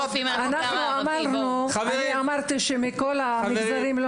אני אמרתי שהסטודנטים שלומדים הם מכל המגזרים,